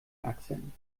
achseln